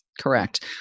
correct